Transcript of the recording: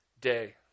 day